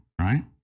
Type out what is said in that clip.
right